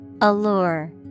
Allure